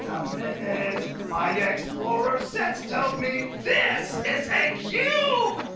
a a minute. my yeah explorer sense tells me this is a cube!